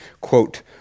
quote